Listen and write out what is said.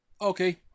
okay